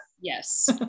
Yes